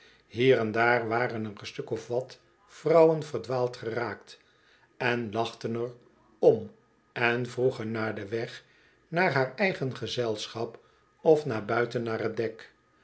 hier en daar waren er een stuk of wat vrouwen verdwaald geraakt en lachten er om en vroegen naar den weg naar haar eigen gezelschap of naar buiten naar t dek